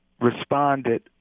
responded